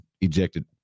ejected